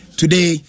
today